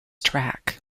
track